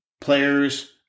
players